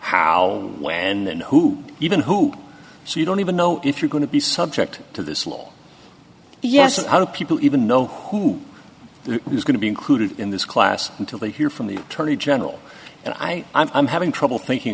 how when and who even who so you don't even know if you're going to be subject to this law yes how do people even know who is going to be included in this class until they hear from the attorney general and i i'm having trouble thinking